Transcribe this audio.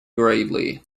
greatly